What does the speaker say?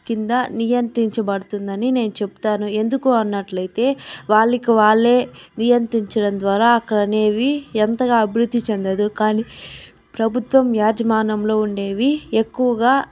కింద నియంత్రించబడుతుందని నేను చెప్తాను ఎందుకు అన్నట్లయితే వాళ్లకి వాళ్లే నియంత్రించడం ద్వారా అక్కడనేవి ఎంతగా అభివృద్ధి చెందదు కానీ ప్రభుత్వం యాజమానంలో ఉండేవి ఎక్కువగా